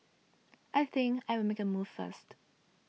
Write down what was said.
I think I will make a move first